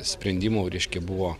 sprendimų reiškia buvo